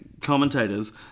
commentators